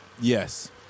Yes